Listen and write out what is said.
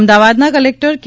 અમદાવાદનાં collector કે